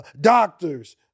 doctors